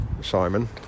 Simon